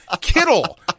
Kittle